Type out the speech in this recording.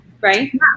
right